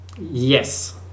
yes